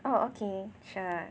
oh okay sure